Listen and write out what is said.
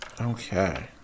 Okay